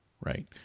right